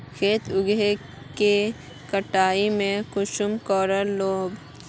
खेत उगोहो के कटाई में कुंसम करे लेमु?